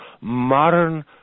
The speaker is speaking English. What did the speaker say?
modern